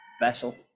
vessel